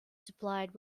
supplied